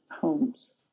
homes